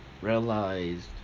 realized